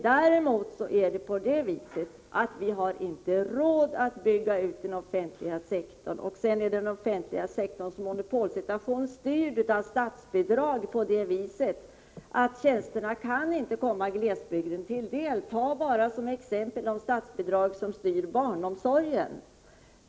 Däremot har vi inte råd att bygga ut den offentliga sektorn. Vidare är den offentliga sektorns monopolsituation styrd av statsbidrag på det sättet att tjänsterna inte kan komma glesbygden till del. Ta bara som exempel de statsbidrag som styr barnomsorgen.